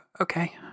Okay